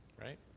Right